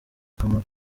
akamaro